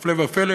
הפלא ופלא,